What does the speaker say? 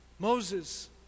Moses